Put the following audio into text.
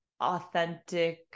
authentic